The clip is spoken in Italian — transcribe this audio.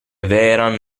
vehrehan